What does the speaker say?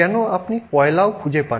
কেন আপনি কয়লাও খুঁজে পান